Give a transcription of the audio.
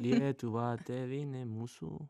lietuva tėvynė mūsų